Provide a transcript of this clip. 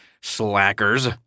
slackers